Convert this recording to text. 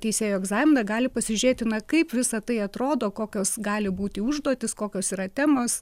teisėjo egzaminą gali pasižiūrėti na kaip visa tai atrodo kokios gali būti užduotis kokios yra temos